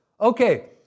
Okay